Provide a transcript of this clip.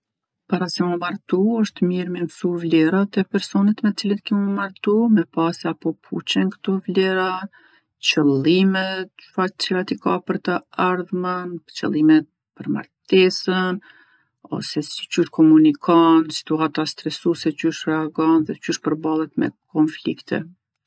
Para se mu martu osht mirë mi msu vlerat e personit me cilit ke mu martu, me pa se a po puçen kto vlera, qëllimet cilat i ka për të ardhmen, qëllimet për martesën ose si qysh komunikon, n'situata stresuse qysh reagon dhe qysh përballet me konflikte.